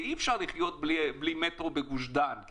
ואי אפשר לחיות בלי מטרו בגוש דן.